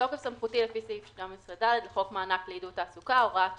"בתוקף סמכותי לפי סעיף 12(ד) לחוק מענק לעידוד תעסוקה (הוראת שעה,